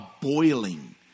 boiling